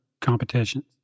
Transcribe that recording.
competitions